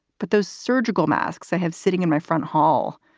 but those surgical masks i have sitting in my front hall,